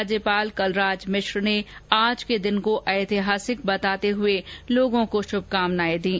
राज्यपाल कलराज मिश्र ने आज के दिन को ऐतिहासिक बताते हए लोगों को शुभकामनाएं दीं